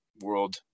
world